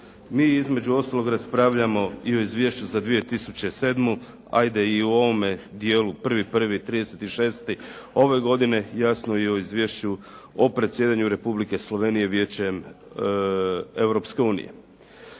Mi između ostalog raspravljamo i o izvješću za 2007., ajde i o ovome dijelu 1.1.-30.6. ove godine, jasno i o Izvješću o predsjedanju Republike Slovenije Vijećem Europske unije.